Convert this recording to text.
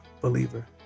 believer